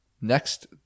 Next